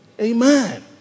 Amen